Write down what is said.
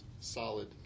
solid